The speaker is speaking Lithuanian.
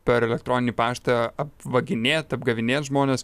per elektroninį paštą apvaginėt apgavinėt žmones